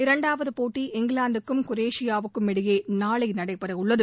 இரண்டாவது போட்டி இங்கிலாந்துக்கும் குரேஷியாவுக்கும் இடையே நாளை நடைபெற உள்ளது